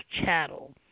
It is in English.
chattel